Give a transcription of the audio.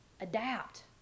Adapt